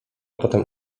potem